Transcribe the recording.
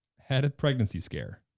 had a pregnancy scare.